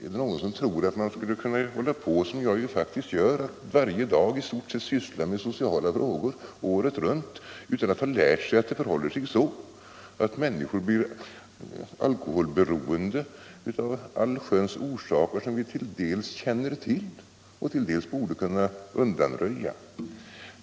Är det någon som tror att man skulle kunna hålla på — som jag ju faktiskt gör — varje dag året runt med att i stort sett syssla med sociala frågor utan att lära sig att det förhåller sig så att människor blir alkoholberoende av allsköns orsaker, som vi till dels känner till och till dels borde kunna undanröja?